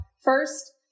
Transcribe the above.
first